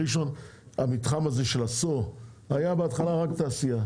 בראשון המתחם הזה של הסוהו היה בהתחלה רק של התעשייה.